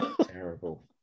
Terrible